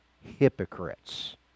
hypocrites